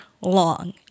long